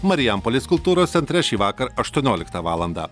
marijampolės kultūros centre šįvakar aštuonioliktą valandą